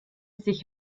sich